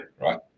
Right